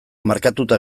markatuta